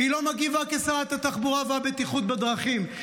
אפילו לא מגיבה כשרת התחבורה והבטיחות בדרכים,